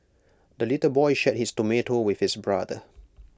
the little boy shared his tomato with his brother